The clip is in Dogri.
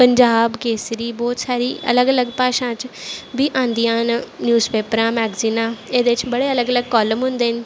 पंजाब केसरी बहोत सारी अलग अलग भाशां च बी आंदियां न न्यूज़ पेपरां मैगज़ीनां एह्दे च बड़े अलग अलग कॉलम होंदे न